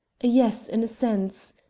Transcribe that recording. yes, in a sense.